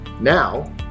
Now